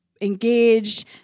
engaged